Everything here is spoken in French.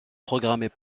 programmés